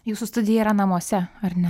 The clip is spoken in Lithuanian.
jūsų studija yra namuose ar ne